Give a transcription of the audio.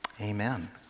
Amen